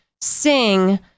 sing